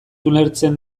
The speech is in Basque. ulertzen